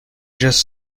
just